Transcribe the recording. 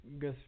guess